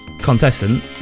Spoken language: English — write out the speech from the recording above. contestant